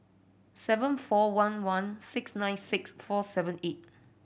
seven four one one six nine six four seven eight